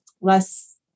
less